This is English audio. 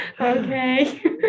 Okay